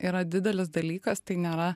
yra didelis dalykas tai nėra